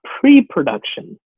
pre-production